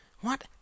What